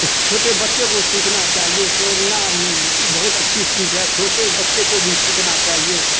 چھوٹے بچے کو سیکھنا چاہیے تیرنا بہت اچھی چیز ہے چھوٹے بچے کو بھی سیکھنا چاہیے